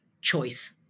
choice